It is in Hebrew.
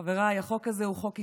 חבריי, החוק הזה הוא חוק היסטורי.